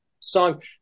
song